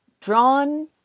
drawn